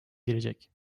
girecek